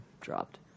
dropped